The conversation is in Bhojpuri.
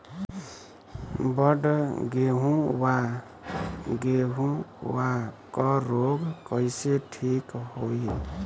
बड गेहूँवा गेहूँवा क रोग कईसे ठीक होई?